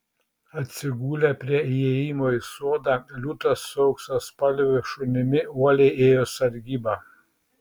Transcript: atsigulę prie įėjimo į sodą liūtas su auksaspalviu šunimi uoliai ėjo sargybą